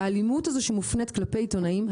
האלימות הזו שמופנית כלפי עיתונאים,